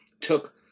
took